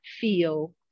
feel